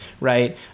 right